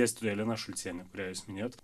dėstytoja lina šulcienė kurią jūs minėjot